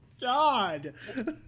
God